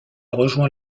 rejoint